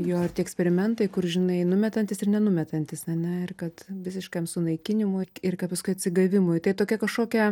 jo eksperimentai kur žinai numetantis ir nenumetantis ar ne ir kad visiškam sunaikinimui ir paskui atsigavimui tai tokia kažkokia